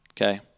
okay